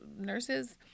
nurses